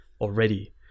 already